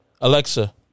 Alexa